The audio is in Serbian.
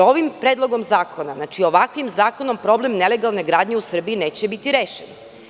Ovim predlogom zakona, znači, ovakvim zakonom problem nelegalne gradnje u Srbiji neće biti rešen.